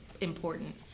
important